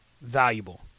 valuable